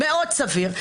מאוד סביר.